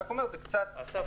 אני רק אומר שזה קצת --- אסף,